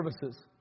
services